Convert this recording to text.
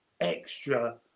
extra